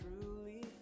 truly